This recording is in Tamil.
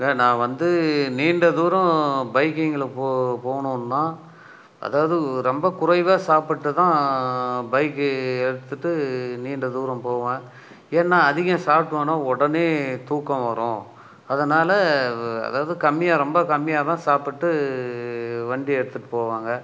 சார் நான் வந்து நீண்ட தூரம் பைக்கிங்கில் போ போகணுன்னா அதாவது ரொம்ப குறைவாக சாப்பிட்டு தான் பைக்கு எடுத்துட்டு நீண்ட தூரம் போவேன் ஏன்னா அதிகம் சாப்பிட்டோனா உடனே தூக்கம் வரும் அதனால் அதாவது கம்மியாக ரொம்ப கம்மியாக தான் சாப்பிட்டு வண்டியை எடுத்துட்டு போவாங்க